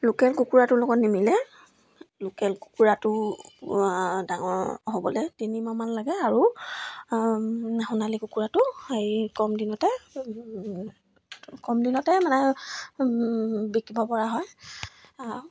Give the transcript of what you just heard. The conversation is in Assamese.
লোকেল কুকুৰাটোৰ লগত নিমিলে লোকেল কুকুৰাটো ডাঙৰ হ'বলে তিনিমাহমান লাগে আৰু সোণালী কুকুৰাটো হেৰি কম দিনতে কম দিনতে মানে বিকিব পৰা হয়